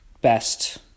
best